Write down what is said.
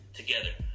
together